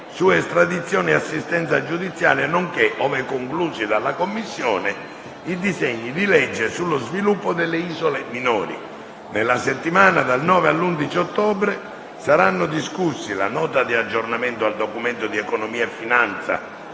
su estradizione e assistenza giudiziaria nonché, ove conclusi dalla Commissione, i disegni di legge sullo sviluppo delle isole minori. Nella settimana dal 9 all'11 ottobre saranno discussi la Nota di aggiornamento al Documento di economia e finanza